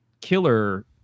killer